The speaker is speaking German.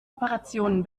operationen